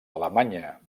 alemanya